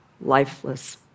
lifeless